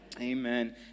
Amen